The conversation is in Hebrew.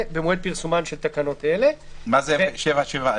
זה מה שקורה היום.